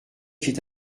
fit